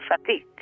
fatigue